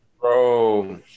bro